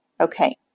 Okay